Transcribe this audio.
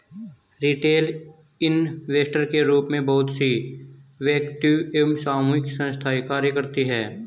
retail investor के रूप में बहुत सी वैयक्तिक एवं सामूहिक संस्थाएं कार्य करती हैं